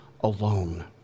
alone